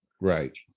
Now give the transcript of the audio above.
Right